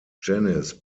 janice